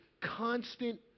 constant